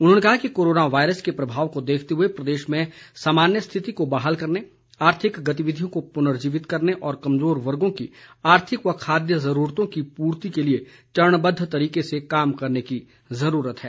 उन्होंने कहा कि कोरोना वायरस के प्रभाव को देखते हुए प्रदेश में सामान्य स्थिति को बहाल करने आर्थिक गतिविधियों को पुनर्जीवित करने व कमज़ोर वर्गों की आर्थिक व खाद्य ज़रूरतों की पूर्ति के लिए चरणबद्द तरीके से कार्य करने की ज़रूरत है